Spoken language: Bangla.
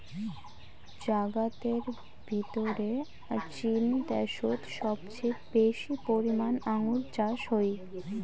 জাগাতের ভিতরে চীন দ্যাশোত সবচেয়ে বেশি পরিমানে আঙ্গুর চাষ হই